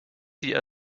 die